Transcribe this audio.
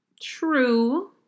True